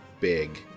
big